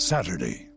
Saturday